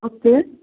okay